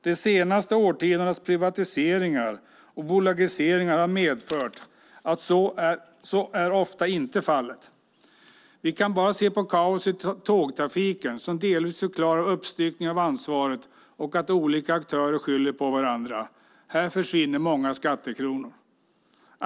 De senaste årtiondenas privatiseringar och bolagiseringar har medfört att så ofta inte är fallet. Vi kan bara se på kaoset i tågtrafiken som delvis förklaras av uppstyckning av ansvaret och att olika aktörer skyller på varandra. Här försvinner många skattekronor.